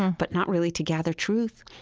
but not really to gather truth.